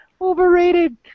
Overrated